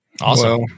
Awesome